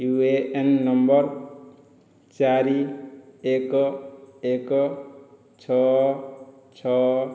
you A N number ଚାରି ଏକ ଏକ ଛଅ ଛଅ